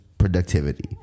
productivity